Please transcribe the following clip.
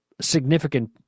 significant